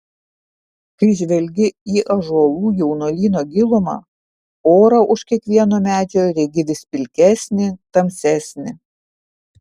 kai žvelgi į ąžuolų jaunuolyno gilumą orą už kiekvieno medžio regi vis pilkesnį tamsesnį